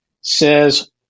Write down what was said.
says